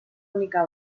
única